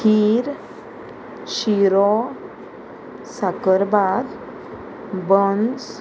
खीर शिरो साकरभात बन्स